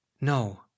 No